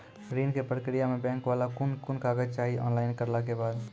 ऋण के प्रक्रिया मे बैंक वाला के कुन कुन कागज चाही, ऑनलाइन करला के बाद?